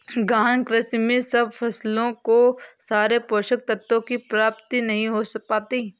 गहन कृषि में सब फसलों को सारे पोषक तत्वों की प्राप्ति नहीं हो पाती